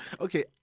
Okay